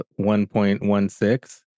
1.16